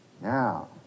now